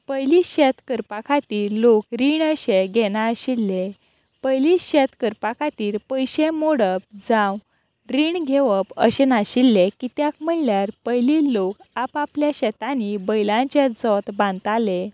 पयली शेत करपा खातीर लोक रीण अशे घेनाशिल्ले पयली शेत करपा खातीर पयशे मोडप जावं रीण घेवप अशें नाशिल्ले कित्याक म्हणल्यार पयली लोक आपल्या शेतांनी बैलांचे जोत बांदताले